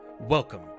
Welcome